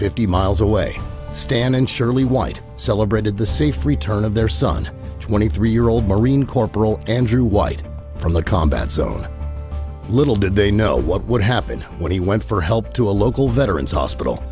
fifty miles away stan and shirley white celebrated the safe return of their son twenty three year old marine corporal andrew white from the combat zone little did they know what would happen when he went for help to a local veterans hospital